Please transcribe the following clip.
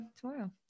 tomorrow